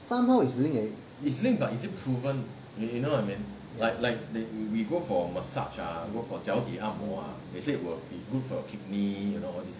somehow is linked leh